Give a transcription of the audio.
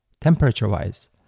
temperature-wise